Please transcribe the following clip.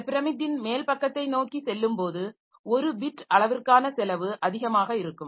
இந்த பிரமிட்டின் மேல் பக்கத்தை நோக்கிச் செல்லும்போது ஒரு பிட் அளவிற்கான செலவு அதிகமாக இருக்கும்